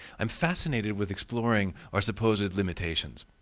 i'm fascinated with exploring our supposed limitations.